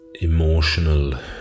emotional